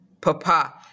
papa